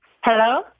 Hello